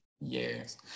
Yes